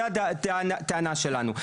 זה הטענה שלנו.